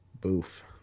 Boof